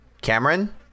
Cameron